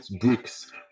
bricks